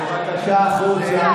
בבקשה החוצה.